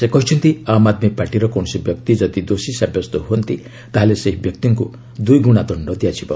ସେ କହିଛନ୍ତି ଆମ୍ ଆଦମୀ ପାର୍ଟିର କୌଣସି ବ୍ୟକ୍ତି ଯଦି ଦୋଷୀ ସାବ୍ୟସ୍ତ ହୁଅନ୍ତି ତାହେଲେ ସେହି ବ୍ୟକ୍ତିଙ୍କୁ ଦୁଇଗୁଣା ଦଶ୍ଡ ଦିଆଯିବ